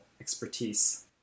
expertise